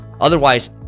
Otherwise